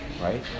right